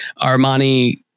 Armani